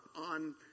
on